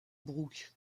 brook